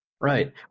Right